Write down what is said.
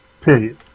Period